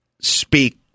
speak